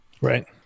Right